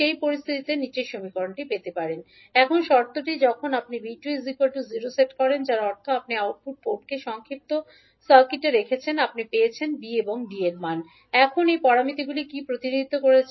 সেই পরিস্থিতিতে এখন শর্তটি যখন আপনি 𝐕2 0 সেট করেন তার অর্থ আপনি আউটপুট পোর্টকে সংক্ষিপ্ত সার্কিটে রেখেছেন আপনি পেয়েছেন এখন এই প্যারামিটারগুলি কি প্রতিনিধিত্ব করছে